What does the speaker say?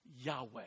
Yahweh